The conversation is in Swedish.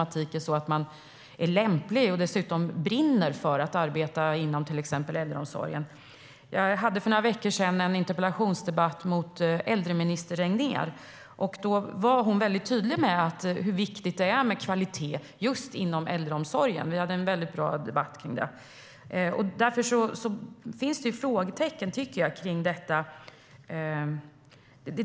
Bara för att man är arbetslös är man kanske inte per automatik lämplig att arbeta inom till exempel äldreomsorgen, och dessutom kanske man inte brinner för det. Jag hade för några veckor sedan en interpellationsdebatt med äldreminister Åsa Regnér. Hon var då väldigt tydlig med hur viktigt det är med kvalitet just inom äldreomsorgen. Vi hade en väldigt bra debatt om det. Därför finns det frågetecken kring detta.